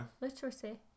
literacy